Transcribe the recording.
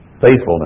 Faithfulness